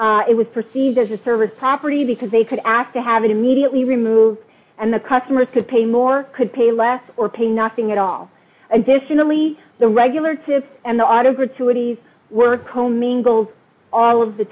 servers it was perceived as a service property because they could ask to have it immediately removed and the customers could pay more could pay less or pay nothing at all additionally the regular tip and the auto gratuities were commingled all of the